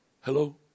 Hello